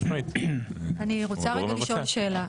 אני רוצה רגע לשאול שאלה,